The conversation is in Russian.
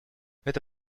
это